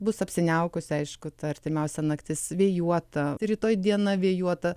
bus apsiniaukusi aišku ta artimiausia naktis vėjuota rytoj diena vėjuota